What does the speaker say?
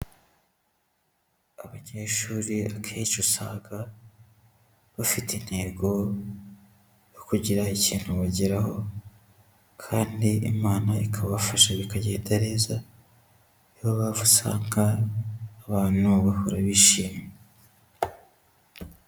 Abanyeshuri akenshi, usanga bafite intego yo kugira ikintu bageraho kandi Imana ikabafasha bikagenda neza, niyo mpamvu usanga abantu bahora bishimye.